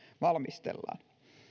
valmistellaan